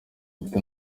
dufite